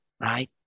right